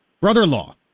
brother-in-law